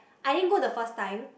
I didn't go the first time